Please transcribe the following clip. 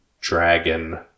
dragon